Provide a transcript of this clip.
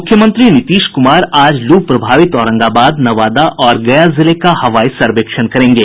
मुख्यमंत्री नीतीश कुमार आज लू प्रभावित औरंगाबाद नवादा और गया जिले का हवाई सर्वेक्षण करेंगे